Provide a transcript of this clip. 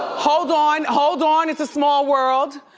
hold on, hold on, it's a small world.